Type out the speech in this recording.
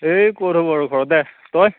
এই ক'ত হ'ব আৰু ঘৰতে তই